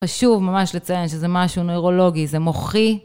חשוב ממש לציין שזה משהו נוירולוגי, זה מוחי.